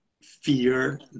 fear